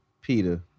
Peter